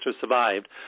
survived